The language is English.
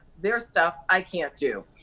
their stuff, i can't do.